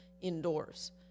indoors